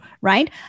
right